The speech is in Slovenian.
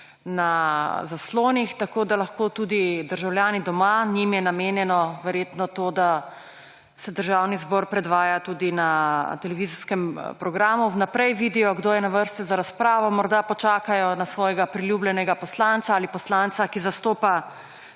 na zaslonih, tako da lahko tudi državljani doma – njim je namenjeno verjetno to, da se Državni zbor predvaja tudi na televizijskem programu – vnaprej vidijo, kdo je na vrsti za razpravo. Morda počakajo na svojega priljubljenega poslanca ali poslanca, ki zastopa